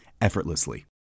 effortlessly